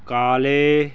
ਕਾਲੇ